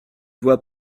vois